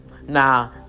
Now